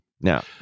Now